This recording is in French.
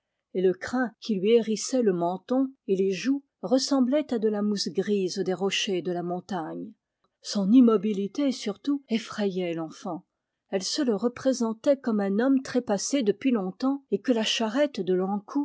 et le crin qui lui hérissait le menton et les joues ressemblait à la mousse grise des rochers de la montagne son immobilité surtout effrayait l'enfant elle se le représentait comme un homme trépassé depuis longtemps et que la charrette de